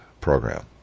program